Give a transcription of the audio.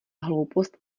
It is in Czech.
hloupost